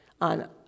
on